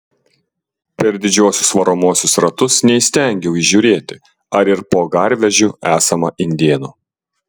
per didžiuosius varomuosius ratus neįstengiau įžiūrėti ar ir po garvežiu esama indėnų